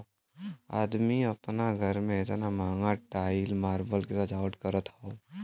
अदमी आपन घरे मे एतना महंगा टाइल मार्बल के सजावट करत हौ